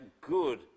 good